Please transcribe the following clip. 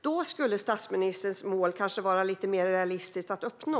Då kanske statsministerns mål skulle vara lite mer realistiskt att uppnå.